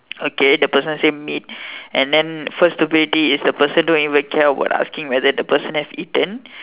okay the person say meet and then first stupidity is the person don't even care about asking whether the person has eaten